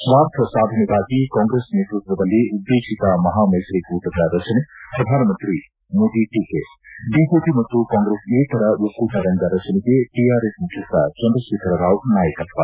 ಸ್ವಾರ್ಥ ಸಾಧನೆಗಾಗಿ ಕಾಂಗ್ರೆಸ್ ನೇತೃತ್ವದಲ್ಲಿ ಉದ್ದೇಶಿತ ಮಹಾಮೈತ್ರಿ ಕೂಟದ ರಚನೆ ಪ್ರಧಾನಮಂತ್ರಿ ಮೋದಿ ಟೀಕೆ ಬಿಜೆಪಿ ಮತ್ತು ಕಾಂಗ್ರೆಸ್ಯೇತರ ಒಕ್ಕೂಟ ರಂಗ ರಚನೆಗೆ ಟಿಆರ್ಎಸ್ ಮುಖ್ಯಸ್ನ ಚಂದ್ರಶೇಖರ್ ರಾವ್ ನಾಯಕತ್ವ